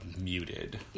Muted